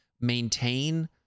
maintain